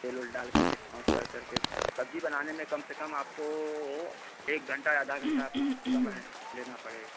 तेल उल डालकर के छौंककर करके सब्ज़ी बनाने में कम से कम आपको एक घंटा या आधा घंटा समय लेना पड़ेगा